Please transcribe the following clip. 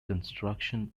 construction